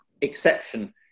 exception